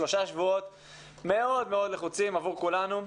מיכל בן דוד מהסתדרות המורים מאוד רוצה לדבר.